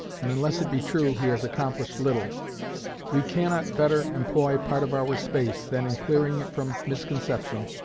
and, unless it be true, he has accomplished little we cannot better employ part of our space than in clearing it from misconception,